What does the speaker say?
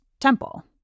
Temple